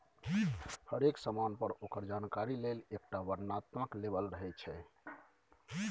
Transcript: हरेक समान पर ओकर जानकारी लेल एकटा वर्णनात्मक लेबल रहैत छै